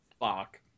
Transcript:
fuck